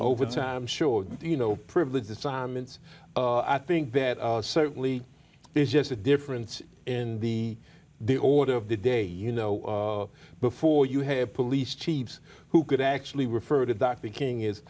over time i'm sure you know privileged assignments i think that certainly there's just a difference in the the order of the day you know before you have police chiefs who could actually refer to dr king is